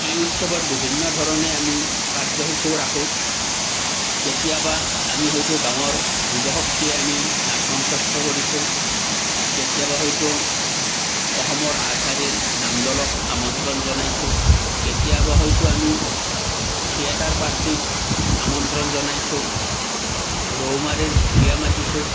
এই উৎসৱত বিভিন্ন ধৰণে আমি কাৰ্যসূচীও ৰাখো কেতিয়াবা আমি হয়তো গাঁৱৰ যুৱ শক্তিয়ে আমি নাট মঞ্চস্থ কৰিছোঁ কেতিয়াবা হয়তো অসমৰ আগশাৰীৰ নাম দলক আমন্ত্ৰণ জনাইছোঁ কেতিয়াবা হয়তো আমি থিয়েটাৰ পাৰ্টিক আমন্ত্ৰণ জনাইছোঁ ৰৌমাৰীৰ ঢুলীয়া মাতিছোঁ